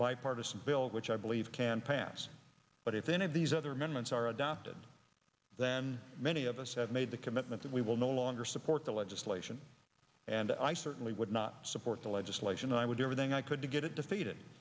bipartisan bill which i believe can pass but if any of these other amendments are adopted then many of us have made the commitment that we will no longer support the legislation and i certainly would not support the legislation and i would do everything i could to get i